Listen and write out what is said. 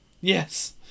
Yes